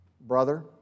Brother